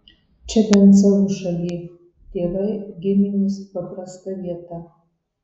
čia bent savo šalyj tėvai giminės paprasta vieta